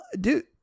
Dude